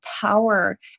power